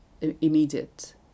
immediate